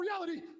reality